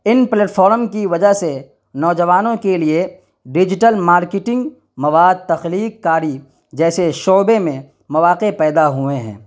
ان platform کی وجہ سے نوجوانوں کے لیے ڈیجیٹل مارکیٹنگ مواد تخلیق کاری جیسے شعبے میں مواقع پیدا ہوئے ہیں